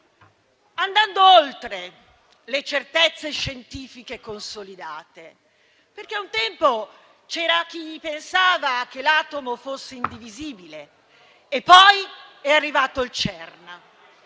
andando oltre le certezze scientifiche consolidate, perché un tempo c'era chi pensava che l'atomo fosse indivisibile e poi è arrivato il CERN.